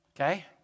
Okay